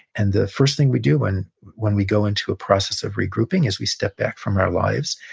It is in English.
and the first thing we do when when we go into a process of regrouping is, we step back from our lives,